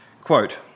Quote